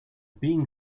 being